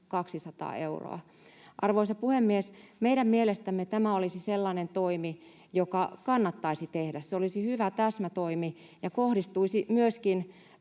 200 euroa. Arvoisa puhemies! Meidän mielestämme tämä olisi sellainen toimi, joka kannattaisi tehdä. Se olisi hyvä täsmätoimi ja kohdistuisi myöskin